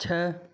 छह